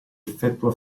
effettua